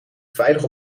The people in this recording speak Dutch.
veilig